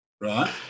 right